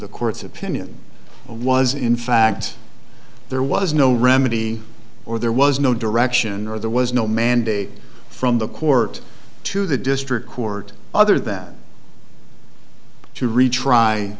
the court's opinion was in fact there was no remedy or there was no direction or there was no mandate from the court to the district court other than to retry